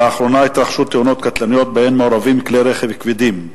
לאחרונה התרחשו תאונות קטלניות שבהן מעורבים כלי-רכב כבדים.